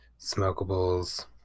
smokables